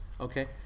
Okay